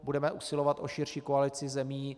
Budeme usilovat o širší koalici zemí.